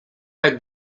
tak